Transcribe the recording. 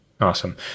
Awesome